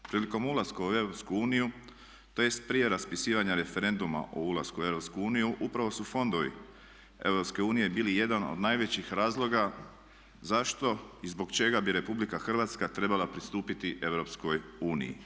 Prilikom ulaska u EU tj. prije raspisivanja referenduma o ulasku u EU upravo su fondovi EU bili jedan od najvećih razloga zašto i zbog čega bi Republika Hrvatska trebala pristupiti EU.